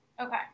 Okay